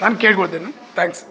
ನಾನು ಕೇಳ್ಕೊಳ್ತೀನಿ ತ್ಯಾಂಕ್ಸ್